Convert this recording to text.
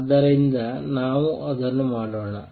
ಆದ್ದರಿಂದ ನಾವು ಅದನ್ನು ಮಾಡೋಣ